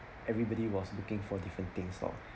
everybody was looking for different things lor